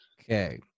Okay